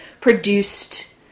produced